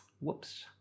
Whoops